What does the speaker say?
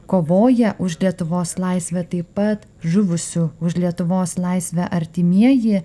kovoję už lietuvos laisvę taip pat žuvusių už lietuvos laisvę artimieji